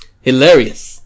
hilarious